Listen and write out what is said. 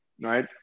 right